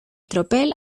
tropel